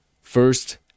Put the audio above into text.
first